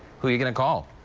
who are you going to call?